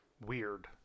weird